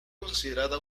considerada